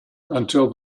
until